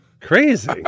Crazy